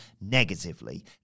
negatively